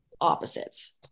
opposites